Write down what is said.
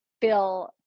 feel